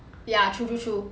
ya true true true